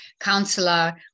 counselor